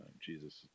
jesus